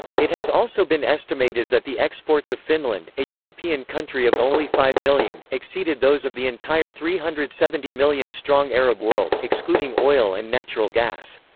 it has also been estimated that the exports of finland, a european country of only five million, exceeded those of the entire three hundred and seventy million-strong arab world, excluding oil and natural gas.